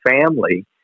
family